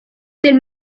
del